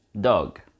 dog